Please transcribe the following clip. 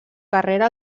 carrera